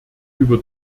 über